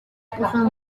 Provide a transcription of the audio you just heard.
puso